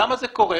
למה זה קורה?